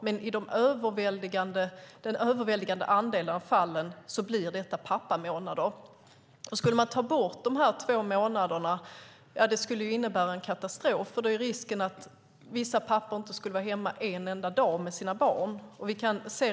Men i den överväldigande andelen av fallen blir det pappamånader. Att ta bort dessa två månader skulle innebära en katastrof. Risken är då att vissa pappor inte skulle vara hemma en enda dag med sina barn.